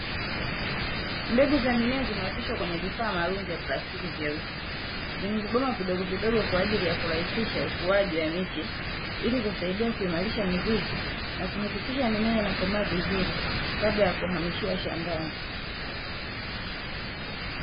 Mbegu za mimea zimeoteshwa kwenye vifaa maalumu vya plastiki vyeusi, vyenye vibomba vidogovidogo kwa ajili ya kurahisisha ukuaji wa miche, ili kusaidia kuimarisha mizizi na kuhakikisha mimea inakomaa vizuri, kabla ya kuhamishiwa shambani.